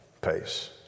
pace